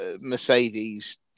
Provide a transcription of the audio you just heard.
mercedes